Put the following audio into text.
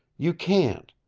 you can't.